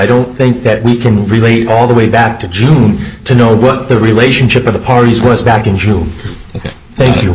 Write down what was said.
don't think that we can relate all the way back to june to know what the relationship of the parties was back in june ok thank you